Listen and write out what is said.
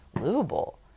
livable